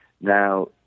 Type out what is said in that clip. Now